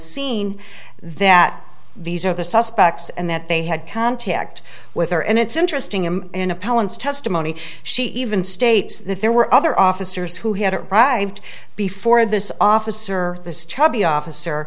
scene that these are the suspects and that they had contact with her and it's interesting him in appellants testimony she even states that there were other officers who had it right before this officer this chubby officer